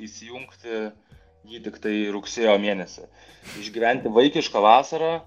įsijungti jį tiktai rugsėjo mėnesį išgyventi vaikišką vasarą